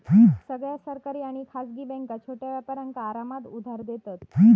सगळ्या सरकारी आणि खासगी बॅन्का छोट्या व्यापारांका आरामात उधार देतत